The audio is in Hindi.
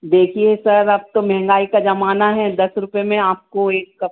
देखिए सर अब तो महँगाई का ज़माना हे दस रुपये में आपको एक कप